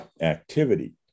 activity